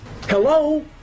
Hello